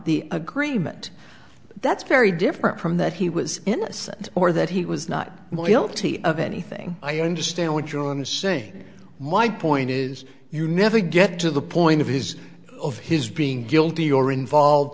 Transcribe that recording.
the agreement that's very different from that he was innocent or that he was not ill t of anything i understand what you're saying my point is you never get to the point of his of his being guilty or involved